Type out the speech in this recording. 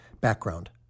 Background